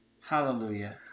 Hallelujah